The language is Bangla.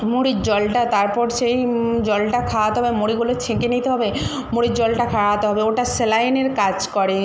মুড়ির জলটা তারপর সেই জলটা খাওয়াতে হবে মুড়িগুলো ছেঁকে নিতে হবে মুড়ির জলটা খাওয়াতে হবে ওটা স্যালাইনের কাজ করে